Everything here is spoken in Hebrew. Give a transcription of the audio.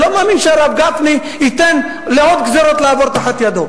אני לא מאמין שהרב גפני ייתן לעוד גזירות לעבור תחת ידו.